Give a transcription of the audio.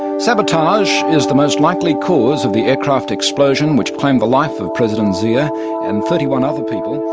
sabotage is the most likely cause of the aircraft explosion which claimed the life of president zia and thirty one other people.